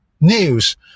news